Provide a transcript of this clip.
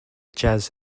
jazz